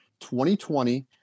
2020